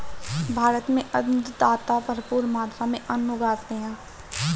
भारत में अन्नदाता भरपूर मात्रा में अन्न उगाते हैं